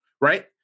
right